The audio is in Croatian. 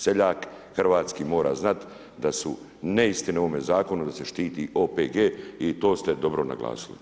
Seljak hrvatski mora znati da su neistine u ovome zakonu da se štiti OPG i to ste dobro naglasili.